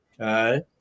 Okay